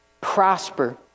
prosper